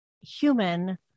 human